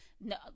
No